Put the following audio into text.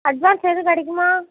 advance எதுவும் கிடைக்குமா